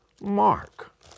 Mark